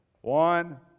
One